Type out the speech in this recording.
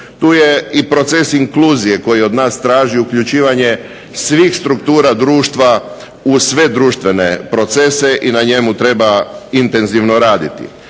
Tu je i proces inkluzije koji od nas traži uključivanje svih struktura društva u sve društvene procese i na njemu treba intenzivno raditi.